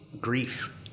grief